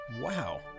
Wow